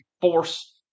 force